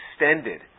extended